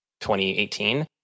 2018